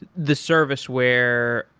the service where